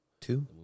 Two